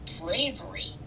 bravery